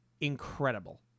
incredible